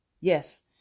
yes